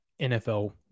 NFL